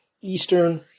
Eastern